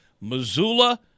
Missoula